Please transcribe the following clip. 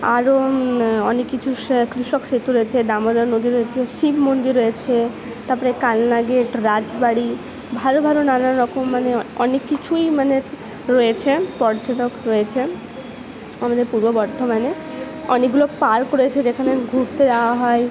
আরও অনেক কিছু কৃষক রয়েছে দামোদর নদী রয়েছে শিব মন্দির রয়েছে তারপরে কালনাগের রাজবাড়ি ভালো ভালো নানান রকম মানে অনেক কিছুই মানে রয়েছে পর্যটক রয়েছে আমাদের পূর্ব বর্ধমানে অনেকগুলো পার্ক রয়েছে যেখানে ঘুরতে যাওয়া হয়